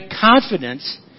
confidence